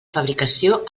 fabricació